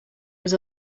was